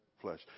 flesh